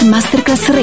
Masterclass